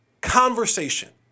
conversation